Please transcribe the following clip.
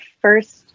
first